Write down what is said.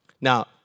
Now